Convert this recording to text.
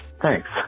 Thanks